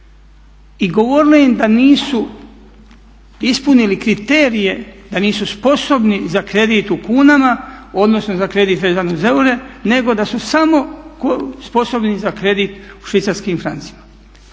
i govorile im da nisu ispunili kriterije, da nisu sposobni za kredit u kunama, odnosno za kredit vezan uz eure nego da su samo sposobni za kredit u švicarskim francima.